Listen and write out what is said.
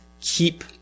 keep